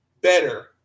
better